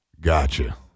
Gotcha